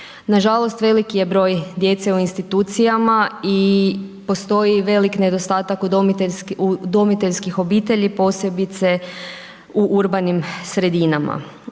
Nažalost veliki je broj djece u institucijama i postoji velik nedostatak udomiteljskih obitelji posebice u urbanim sredinama.